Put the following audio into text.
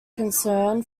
concern